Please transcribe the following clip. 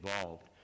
involved